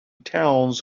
towns